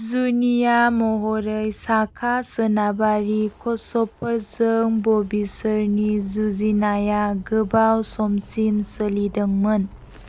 जुनिया महरै साका सोनाबारि क्षछपफोरजों बबिसोरनि जुजिनाया गोबाव समसिम सोलिदोंमोन